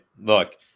look